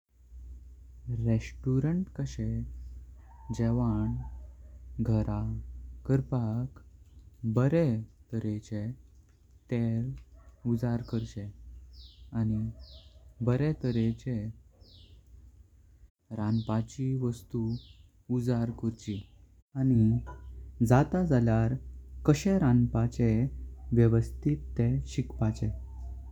भूर्ग्यांक दुसरी तऱ्हेची पदार्त कावपाक आम्ही उत्साहान हाडुंक जाता। जसे की, जेवाची चुरो करून किवा, त्यांचा जेबेक रुच येता तशली खाना दिवपाची।